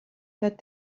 that